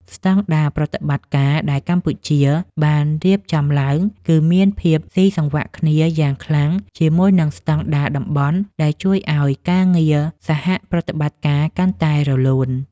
ស្តង់ដារប្រតិបត្តិការដែលកម្ពុជាបានរៀបចំឡើង គឺមានភាពស៊ីសង្វាក់គ្នាយ៉ាងខ្លាំងជាមួយនឹងស្តង់ដារតំបន់ ដែលជួយឱ្យការងារសហប្រតិបត្តិការកាន់តែរលូន។